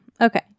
Okay